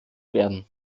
werden